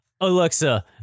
Alexa